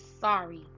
sorry